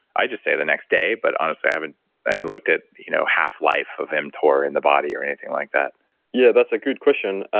i just say the next day, but honestly, i haven't haven't looked at you know half-life of mtor in the body or anything like that yeah, that's a good question.